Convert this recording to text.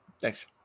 Thanks